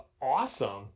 awesome